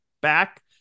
back